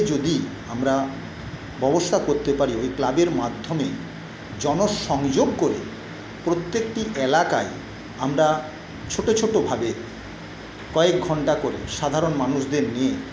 যদি আমরা ব্যবস্থা করতে পারি এই ক্লাবের মাধ্যমে জনসংযোগ করে প্রত্যেকটি এলাকায় আমরা ছোটো ছো্টো ভাগে কয়েক ঘণ্টা করে সাধারণ মানুষদের নিয়ে